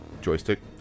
joystick